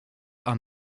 are